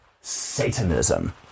Satanism